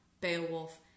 Beowulf